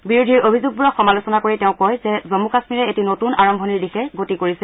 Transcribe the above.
বিৰোধীৰ অভিযোগবোৰক সমালোচনা কৰি তেওঁ কয় যে জম্ম কাম্মীৰে এটি নতুন আৰম্ভণিৰ দিশে গতি কৰিছে